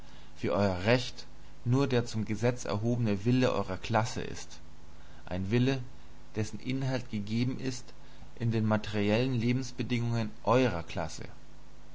wie euer recht nur der zum gesetz erhobene wille eurer klasse ist ein wille dessen inhalt gegeben ist in den materiellen lebensbedingungen eurer klasse